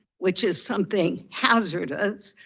which is something hazardous.